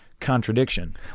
contradiction